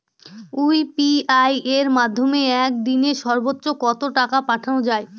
UPI এর মাধ্যমে এক দিনে সর্বচ্চ কত টাকা পাঠানো যায়?